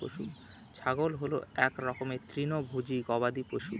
ছাগল হল এক রকমের তৃণভোজী গবাদি পশু